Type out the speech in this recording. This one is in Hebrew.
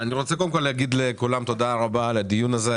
אני רוצה קודם כל להגיד לכולם תודה רבה על הדיון הזה.